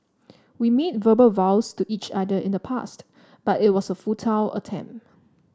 we made verbal vows to each other in the past but it was a futile attempt